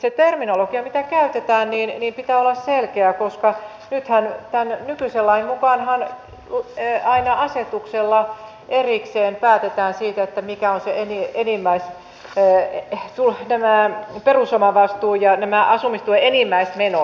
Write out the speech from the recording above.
sen terminologian mitä käytetään pitää olla selkeää koska nyt tämän nykyisen lain mukaanhan aina asetuksella erikseen päätetään siitä mikä on se perusomavastuu ja mitkä ovat asumistuen enimmäismenot